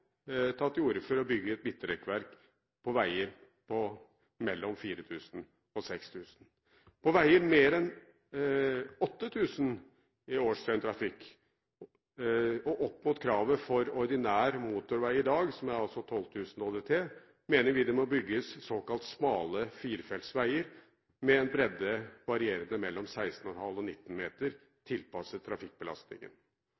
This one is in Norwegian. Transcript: til orde for å bygge et midtrekkverk på veier med mellom 4 000 og 6 000 ÅDT. På veier med mer enn 8 000 ÅDT og opp mot kravet for ordinær motorvei i dag, som er 12 000 ÅDT, mener vi det må bygges såkalt smale firefeltsveier med en bredde varierende mellom 16,5 og 19